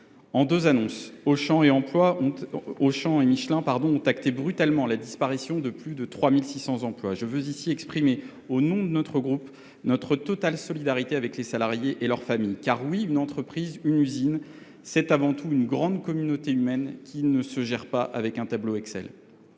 En deux annonces, Auchan et Michelin ont brutalement acté la disparition de plus de 3 600 emplois. Je veux ici exprimer, au nom de notre groupe, notre totale solidarité avec les salariés et leurs familles. Car oui, une entreprise, une usine, c’est avant tout une grande communauté humaine, qui ne se gère pas avec un tableau Excel.